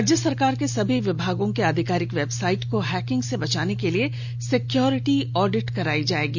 राज्य सरकार के सभी विभागों के आधिकारिक वेबसाइट को हैकिंग से बचाने के लिए सिक्योरिटी ऑडिट कराई जाएगी